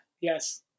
yes